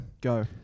go